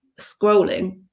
scrolling